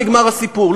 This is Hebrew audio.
נגמר הסיפור.